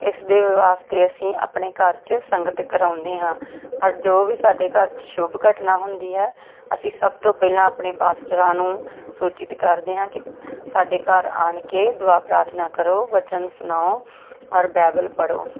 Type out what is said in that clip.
ਇਸ ਦੇ ਵਾਸਤੇ ਅਸੀਂ ਆਪਣੇ ਘਰ 'ਚ ਸੰਗਤ ਕਰਵਾਉਂਦੇ ਹਾਂ ਔਰ ਜੋ ਵੀ ਸਾਡੇ ਘਰ ਸ਼ੁੱਭ ਘਟਨਾ ਹੁੰਦੀ ਹੈ ਅਸੀਂ ਸਭ ਤੋਂ ਪਹਿਲਾਂ ਆਪਣੇ ਪਾਸਟਰਾਂ ਨੂੰ ਸੂਚਿਤ ਕਰਦੇ ਹਾਂ ਕਿ ਸਾਡੇ ਘਰ ਆਣ ਕੇ ਦੁਆ ਪ੍ਰਾਰਥਨਾ ਕਰੋ ਵਚਨ ਸੁਣਾਉ ਔਰ ਬਾਇਬਲ ਪੜ੍ਹੋ